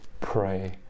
pray